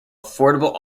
affordable